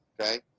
okay